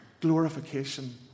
glorification